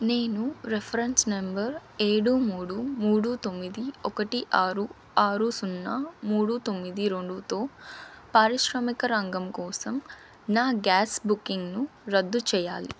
నేను reference number ఏడు మూడు మూడు తొమ్మిది ఒకటి ఆరు ఆరు సున్నా మూడు తొమ్మిది రెండూతో పారిశ్రామిక రంగం కోసం నా గ్యాస్ బుకింగ్ను రద్దు చేయాలి